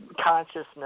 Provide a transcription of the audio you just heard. consciousness